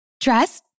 Dress